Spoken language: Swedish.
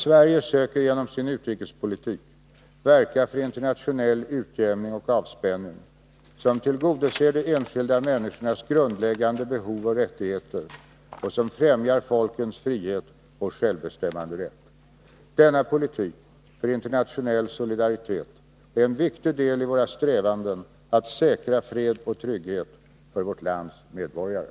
Sverige söker genom sin utrikespolitik verka för internationell utjämning och avspänning som tillgodoser de enskilda människornas grundläggande behov och rättigheter och som främjar folkens frihet och självbestämmanderätt. Denna politik för internationell solidaritet är en viktig del i våra strävanden att säkra fred och trygghet för vårt lands medborgare.